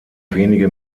wenige